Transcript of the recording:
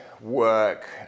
work